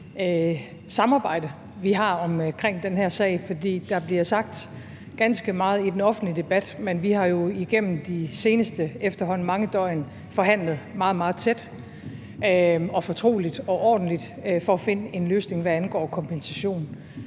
samarbejde, vi har omkring den her sag. Der bliver sagt ganske meget i den offentlige debat, men vi har jo igennem de seneste efterhånden mange døgn forhandlet meget, meget tæt og fortroligt og ordentligt for at finde en løsning, hvad angår kompensation.